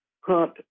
hunt